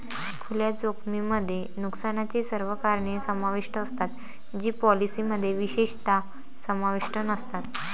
खुल्या जोखमीमध्ये नुकसानाची सर्व कारणे समाविष्ट असतात जी पॉलिसीमध्ये विशेषतः समाविष्ट नसतात